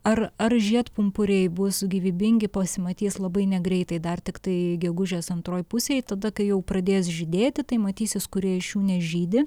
ar ar žiedpumpuriai bus gyvybingi pasimatys labai negreitai dar tiktai gegužės antroj pusėj tada kai jau pradės žydėti tai matysis kurie iš jų nežydi